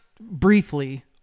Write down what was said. briefly